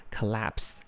Collapse